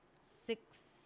six